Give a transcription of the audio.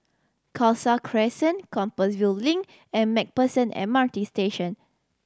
Khalsa Crescent Compassvale Link and Macpherson M R T Station